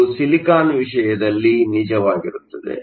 ಇದು ಸಿಲಿಕಾನ್ ವಿಷಯದಲ್ಲಿ ನಿಜವಾಗಿರುತ್ತದೆ